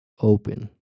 open